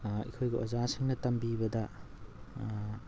ꯑꯩꯈꯣꯏꯒꯤ ꯑꯣꯖꯥꯁꯤꯡꯅ ꯇꯝꯕꯤꯕꯗ